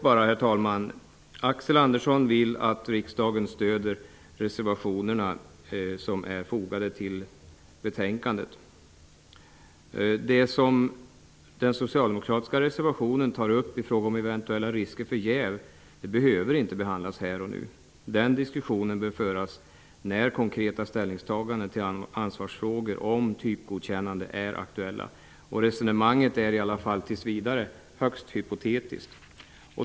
Axel Andersson vill att riksdagen stöder reservationerna som är fogade till betänkandet. Det som den socialdemokratiska reservationen tar upp i fråga om eventuella risker för jäv behöver inte behandlas här och nu. Den diskussionen bör föras när konkreta ställningstaganden till ansvarsfrågor om typgodkännande är aktuella. Resonemanget är i alla fall tills vidare högst hypotetiskt.